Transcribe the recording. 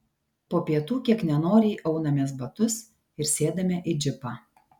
po pietų kiek nenoriai aunamės batus ir sėdame į džipą